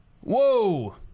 Whoa